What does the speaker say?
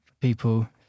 people